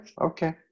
Okay